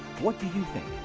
what do you think?